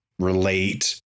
relate